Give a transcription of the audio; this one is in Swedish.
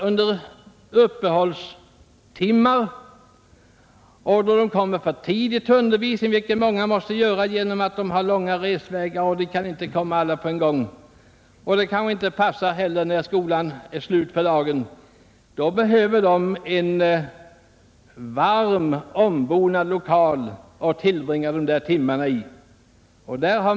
Under håltimmar och när eleven kommer för tidigt, vilket ofta måste ske på grund av långa resvägar, och när han stannar efter skolans slut, kanske därför att skolskjutsarna inte passar, behöver eleven en varm, ombonad lokal att tillbringa tiden i.